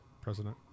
president